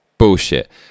bullshit